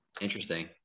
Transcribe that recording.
Interesting